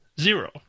zero